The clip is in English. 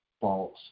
false